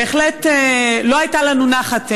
בהחלט לא הייתה לנו נחת,